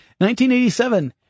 1987